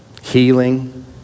healing